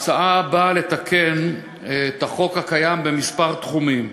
והיא באה לתקן את החוק הקיים בכמה תחומים.